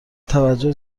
توجه